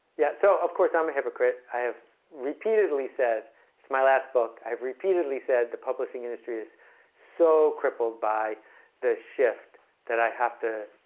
yeah, so of course, i'm a hypocrite i have repeatedly said it's my last book i've repeatedly said the publishing industry is so crippled by the shift that i have to